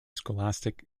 scholastic